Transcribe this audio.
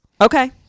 Okay